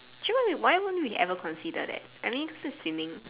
actually why won't we ever consider that I mean coz it's swimming